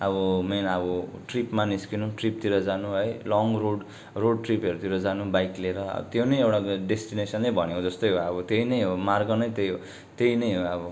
main अब ट्रिपमा निस्कनु ट्रिपतिर जानु है लङ्ग रोड रोड ट्रिपहरूतिर जानु बाइक लिएर अब त्यो नै एउटा डेस्टिनेसनै भनेको जस्तै भयो अब त्यही नै हो मार्ग नै त्यही हो त्यही नै हो अब